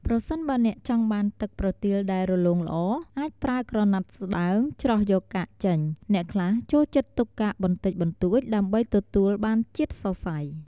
ប្រសិនបើអ្នកចង់បានទឹកប្រទាលដែលរលោងល្អ អាចប្រើក្រណាត់ស្តើង ច្រោះយកកាកចេញ អ្នកខ្លះចូលចិត្តទុកកាកបន្តិចបន្តួចដើម្បីទទួលបានជាតិសរសៃ។